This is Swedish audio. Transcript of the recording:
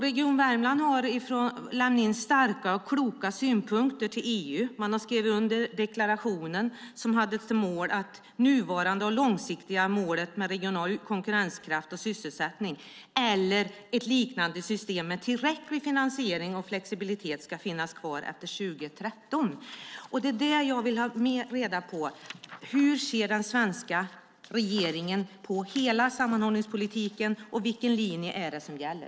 Region Värmland har avlämnat starka och kloka synpunkter till EU. Man har skrivit under deklarationen om att det nuvarande och långsiktiga målet med regional konkurrenskraft och sysselsättning eller ett liknande system med tillräcklig finansiering och flexibilitet ska finnas kvar efter år 2013. Jag vill alltså veta hur den svenska regeringen ser på hela sammanhållningspolitiken. Vilken linje är det som gäller?